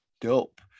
dope